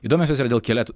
įdomios jos yra dėl keleto